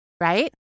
right